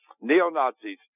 Neo-Nazis